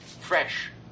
fresh